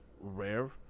rare